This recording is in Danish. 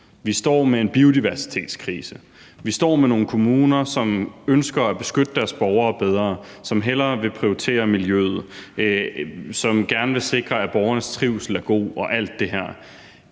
vi står med en biodiversitetskrise; vi står med nogle kommuner, som ønsker at beskytte deres borgere bedre, som hellere vil prioritere miljøet, og som gerne vil sikre, at borgernes trivsel er god og alt det her.